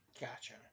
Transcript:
Gotcha